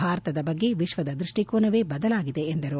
ಭಾರತದ ಬಗ್ಗೆ ವಿಶ್ವದ ದೃಷ್ಟಿಕೋನವೇ ಬದಲಾಗಿದೆ ಎಂದರು